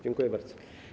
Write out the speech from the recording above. Dziękuję bardzo.